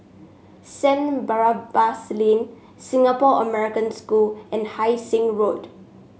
Saint Barnabas Lane Singapore American School and Hai Sing Road